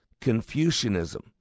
Confucianism